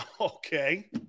Okay